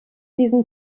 diesen